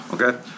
Okay